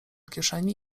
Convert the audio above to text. kieszeni